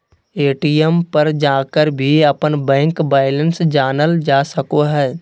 ATM पर जाकर भी अपन बैंक बैलेंस जानल जा सको हइ